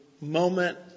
moment